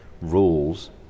rules